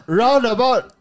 roundabout